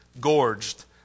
gorged